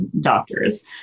doctors